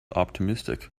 optimistic